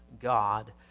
God